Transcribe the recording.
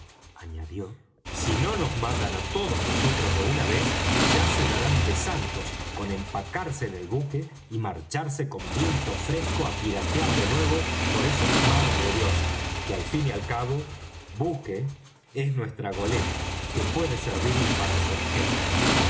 añadió si no nos matan á todos nosotros de una vez ya se darán de santos con empacarse en el buque y marcharse con viento fresco á piratear de nuevo por esos mares de dios que al fin y al cabo buque es nuestra goleta que puede servirles para su objeto